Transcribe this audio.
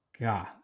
God